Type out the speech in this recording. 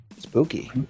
Spooky